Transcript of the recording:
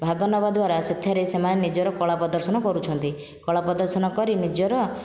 ଭାଗ ନେବା ଦ୍ଵାରା ସେଥିରେ ସେମାନେ ନିଜର କଳା ପ୍ରଦର୍ଶନ କରୁଛନ୍ତି କଳା ପ୍ରଦର୍ଶନ କରି ନିଜର